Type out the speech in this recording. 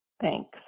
Thanks